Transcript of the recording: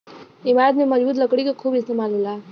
इमारत में मजबूत लकड़ी क खूब इस्तेमाल होला